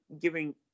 giving